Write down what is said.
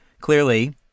clearly